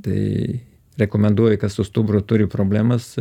tai rekomenduoju kas su stuburu turi problemas